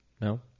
No